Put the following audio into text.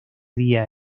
día